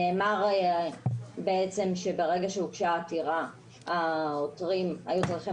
נאמר בעצם שברגע שהוגשה עתירה העותרים היו צריכים